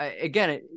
again